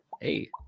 hey